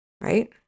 Right